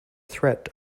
threat